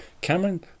Cameron